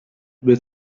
with